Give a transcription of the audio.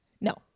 No